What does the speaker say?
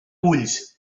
ulls